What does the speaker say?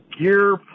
gear